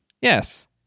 Yes